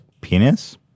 penis